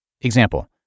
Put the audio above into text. Example